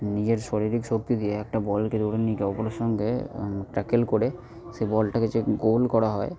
নিজের শরীরিক শক্তি দিয়ে একটা বলকে দৌড়ে নিয়ে একে অপরের সঙ্গে ট্যাকেল করে সেই বলটাকে যে গোল করা হয়